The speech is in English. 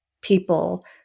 People